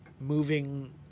moving